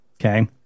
Okay